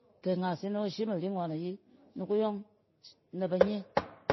Ke angas yiny yo ashim aringon ayi, ni kuyɔng na ba nye.